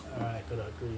I don't agree